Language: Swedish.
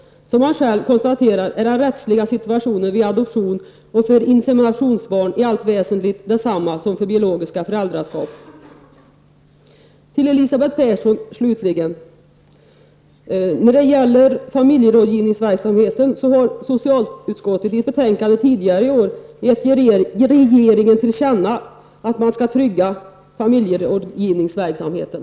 Som han själv konstaterar, är den rättsliga situationen för adoptions och inseminationsbarn i allt väsentligt densamma som vid biologiskt föräldraskap. Slutligen till Elisabeth Persson: Socialutskottet har i ett betänkande tidigare i år hemställt att riksdagen skall ge regeringen till känna att man skall trygga familjerådgivningsverksamheten.